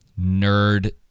nerd